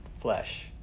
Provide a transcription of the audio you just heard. flesh